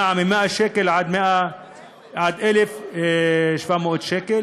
נעה מ-100 שקלים עד 1,700 שקלים.